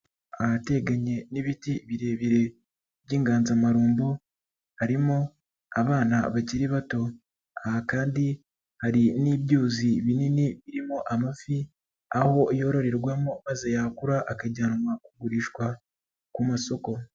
Ahateganye n'ibiti birebire by'inganzamarumbo harimo abana bakiri bato, aha kandi hari n'ibyuzi binini birimo amafi ,aho yororerwamo maze yakura akajyanywa kugurishwa ku masoko.